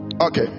okay